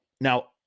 now